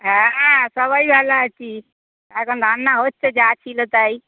হ্যাঁ সবাই ভালো আছি এখন রান্না হচ্ছে যা ছিলো তাই